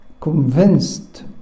convinced